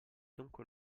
dunque